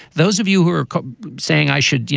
those of you who are saying i should, you